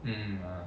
hmm